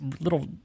little